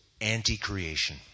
anti-creation